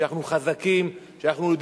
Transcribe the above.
שאנחנו חזקים,